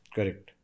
Correct